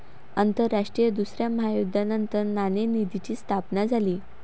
आंतरराष्ट्रीय दुसऱ्या महायुद्धानंतर नाणेनिधीची स्थापना झाली